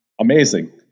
amazing